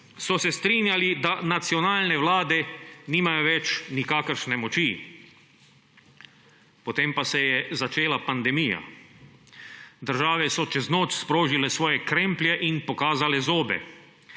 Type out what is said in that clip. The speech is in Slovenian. so se strinjali, da nacionalne vlade nimajo več nikakršne moči, potem pa se je začela pandemija. Države so čez noč sprožile svoje kremplje in pokazale zobe,